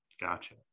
Gotcha